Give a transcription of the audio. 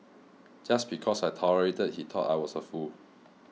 just because I tolerated he thought I was a fool